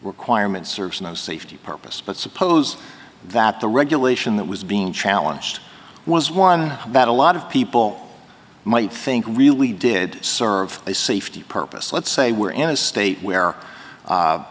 requirement serves no safety purpose but suppose that the regulation that was being challenged was one that a lot of people might think really did serve a safety purpose let's say we're in a state where